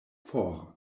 for